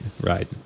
right